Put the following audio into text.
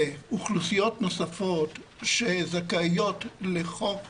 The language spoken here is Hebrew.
ואוכלוסיות נוספות שזכאיות לחוק